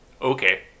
Okay